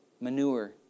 manure